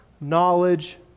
knowledge